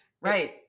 right